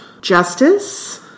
justice